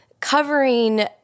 Covering